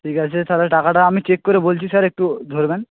ঠিক আছে তাহলে টাকাটা আমি চেক করে বলছি স্যার একটু ধরবেন